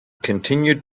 continued